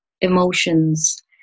emotions